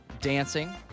dancing